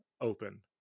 open